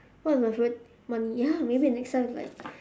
what is my favourite money ya maybe the next time it's like